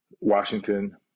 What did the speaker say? Washington